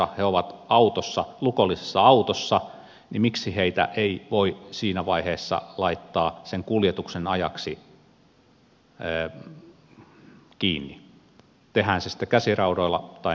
kun he ovat lukollisessa autossa niin miksi heitä ei voi siinä vaiheessa laittaa sen kuljetuksen ajaksi kiinni tehdään se sitten käsiraudoilla tai nippusiteillä